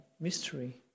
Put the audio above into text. mystery